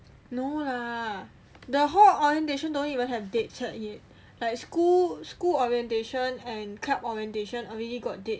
no lah the hall orientation don't even have dates yet like school school orientation and camp orientation already got date